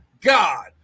God